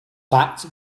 fact